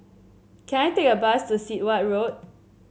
can I take a bus to Sit Wah Road